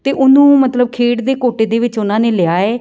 ਅਤੇ ਉਹਨੂੰ ਮਤਲਬ ਖੇਡ ਦੇ ਕੋਟੇ ਦੇ ਵਿੱਚ ਉਹਨਾਂ ਨੇ ਲਿਆ ਹੈ